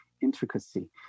intricacy